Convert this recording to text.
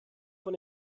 von